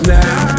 now